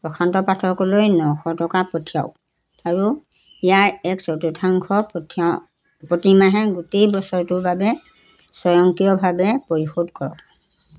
প্ৰশান্ত পাঠকলৈ নশ টকা পঠিয়াওক আৰু ইয়াৰ এক চতুৰ্থাংশ পঠিয়াওক প্ৰতিমাহে গোটেই বছৰটোৰ বাবে স্বয়ংক্ৰিয়ভাৱে পৰিশোধ কৰক